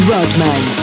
Rodman